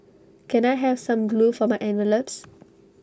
can I have some glue for my envelopes